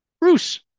Bruce